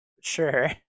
sure